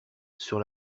sur